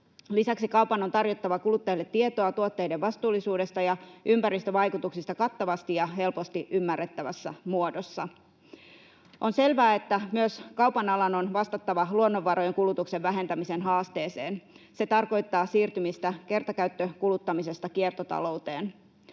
Lisäksi kaupan on tarjottava kuluttajille tietoa tuotteiden vastuullisuudesta ja ympäristövaikutuksista kattavasti ja helposti ymmärrettävässä muodossa. On selvää, että myös kaupan alan on vastattava luonnonvarojen kulutuksen vähentämisen haasteeseen. Se tarkoittaa siirtymistä kertakäyttökuluttamisesta kiertotalouteen.